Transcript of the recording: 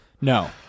No